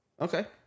Okay